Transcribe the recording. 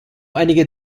einige